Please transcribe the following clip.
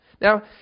Now